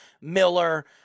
Miller